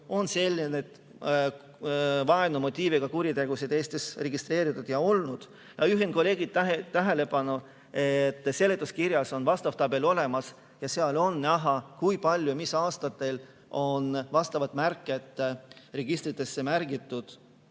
on selliseid vaenumotiiviga kuritegusid Eestis olnud ja registreeritud. Juhin kolleegide tähelepanu, et seletuskirjas on vastav tabel olemas – seal on näha, kui palju ja mis aastatel on seda märget registritesse märgitud.